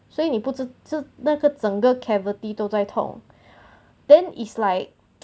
所以你不知这那个整个 cavity 都在痛 then is like